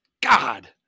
God